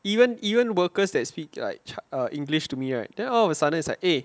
even even workers that speak like err english to me right then all of a sudden it's like eh